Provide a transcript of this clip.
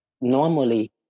normally